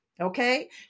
okay